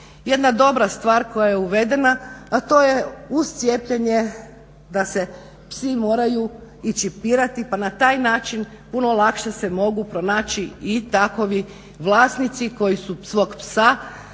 Jedna dobra stvar koja je uvedene, a to je uz cijepljenje da se psi moraju i čipirati pa na taj način puno se lakše mogu pronaći i takovi vlasnici koji su svog psa